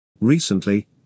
Recently